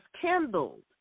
kindled